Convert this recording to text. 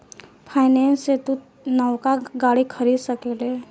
finance से तू नवका गाड़ी खरीद सकेल